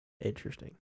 Interesting